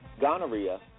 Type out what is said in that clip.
gonorrhea